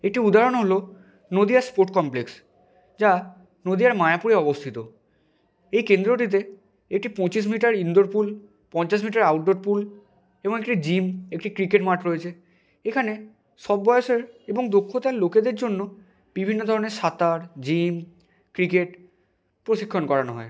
একটি উদাহরণ হলো নদীয়া স্পোর্ট কমপ্লেক্স যা নদীয়ার মায়াপুরে অবস্থিত এই কেন্দ্রটিতে একটি পঁচিশ মিটার ইনডোর পুল পঞ্চাশ মিটার আউটডোর পুল এবং একটি জিম একটি ক্রিকেট মাঠ রয়েছে এখানে সব বয়েসের এবং দক্ষতার লোকেদের জন্য বিভিন্ন ধরনের সাঁতার জিম ক্রিকেট প্রশিক্ষণ করানো হয়